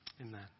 amen